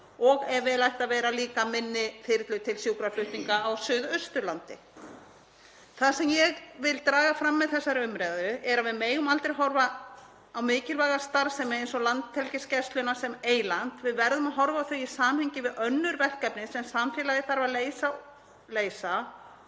og, ef vel ætti að vera, líka með minni þyrlu til sjúkraflutninga á Suðausturlandi. Það sem ég vil draga fram með þessari umræðu er að við megum aldrei horfa á mikilvæga starfsemi eins og starfsemi Landhelgisgæslunnar sem eyland. Við verðum að horfa á hana í samhengi við önnur verkefni sem samfélagið þarf að leysa,